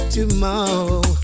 Tomorrow